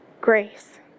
grace